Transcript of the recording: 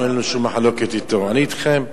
אין לנו שום מחלוקת אתו, אני אתכם.